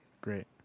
great